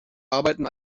arbeiten